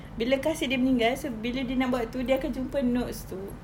bila kekasih dia meninggal so bila dia nak buat itu dia akan jumpa notes itu